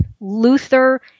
Luther